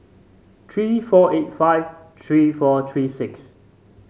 three four eight five three four three six